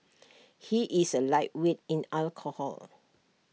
he is A lightweight in alcohol